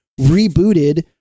rebooted